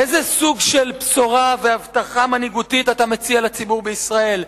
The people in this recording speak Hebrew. איזה סוג של בשורה והבטחה מנהיגותית אתה מציע לציבור בישראל,